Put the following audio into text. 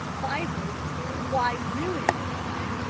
bibles? why, really, miss flame,